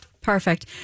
Perfect